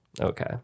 okay